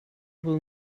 will